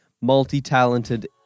multi-talented